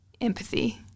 empathy